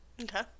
Okay